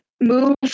move